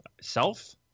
self